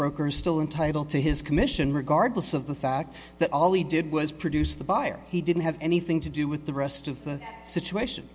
broker still entitle to his commission regardless of the fact that all he did was produce the buyer he didn't have anything to do with the rest of the situation